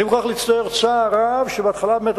אני מוכרח להצטער צער רב על שבהתחלה באמת